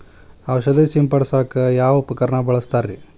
ಔಷಧಿ ಸಿಂಪಡಿಸಕ ಯಾವ ಉಪಕರಣ ಬಳಸುತ್ತಾರಿ?